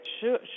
sure